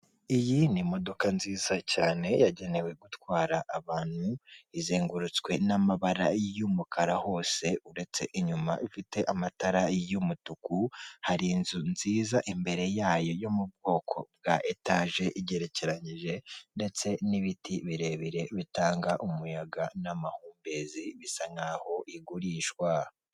Iyi ni imodoka nziza cyane yagenewe gutwara abantu, izengurutswe n'amabara y'umukara hose uretse inyuma, ifite amatara y'umutuku hari inzu nziza imbere yayo yo mu bwoko bwa etaje igerekeranyije ndetse n'ibiti birebire bitanga umuyaga n'amahumbezi bisa nkaho igurishwa.